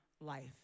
life